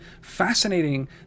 Fascinating